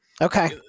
Okay